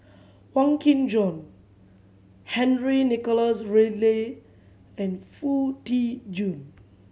Wong Kin Jong Henry Nicholas Ridley and Foo Tee Jun